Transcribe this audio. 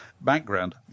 background